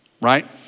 right